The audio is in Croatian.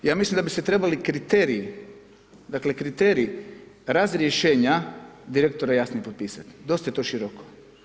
Ja mislim da bi se trebali kriteriji dakle kriteriji razrješenja direktora jasno propisati, dosta je to široko.